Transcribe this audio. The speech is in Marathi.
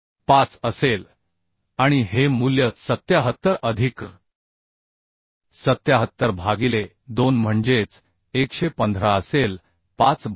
5 असेल आणि हे मूल्य 77 अधिक 77 भागिले 2 म्हणजेच 115 असेल 5 बरोबर